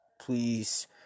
please